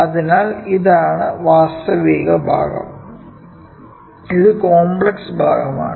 അതിനാൽ ഇതാണ് വാസ്തവിക ഭാഗം ഇത് കോംപ്ലക്സ് ഭാഗം ആണ്